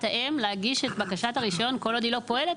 האם להגיש את בקשת הרישיון כל עוד היא לא פועלת,